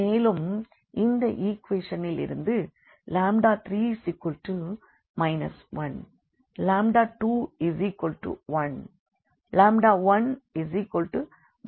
மேலும் இந்த ஈக்வேஷனிலிருந்து 3 1211 1 எனப் பெறுகிறோம்